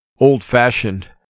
old-fashioned